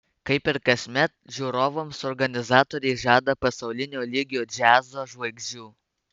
kaip ir kasmet žiūrovams organizatoriai žada pasaulinio lygio džiazo žvaigždžių